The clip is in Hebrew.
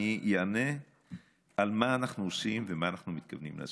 אענה מה אנחנו עושים ומה אנחנו מתכוונים לעשות.